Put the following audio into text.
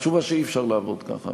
התשובה היא שאי-אפשר לעבוד ככה.